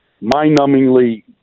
mind-numbingly –